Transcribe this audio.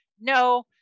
no